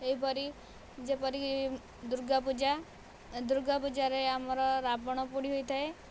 ଏହିପରି ଯେପରି ଦୁର୍ଗା ପୂଜା ଦୁର୍ଗା ପୂଜାରେ ଆମର ରାବଣ ପୋଡ଼ି ହୋଇଥାଏ